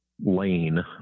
lane